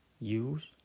use